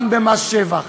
גם במס שבח,